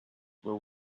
were